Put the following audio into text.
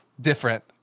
different